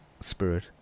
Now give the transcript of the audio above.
spirit